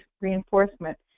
reinforcement